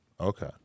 Okay